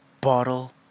Bottle